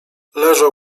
leżał